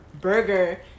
Burger